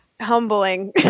humbling